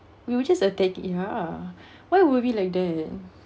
we will just attack it ah why were we like that